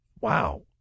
Wow